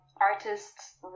artists